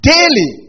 Daily